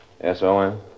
S-O-N